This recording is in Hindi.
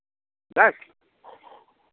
बस